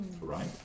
right